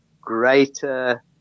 greater